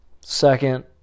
second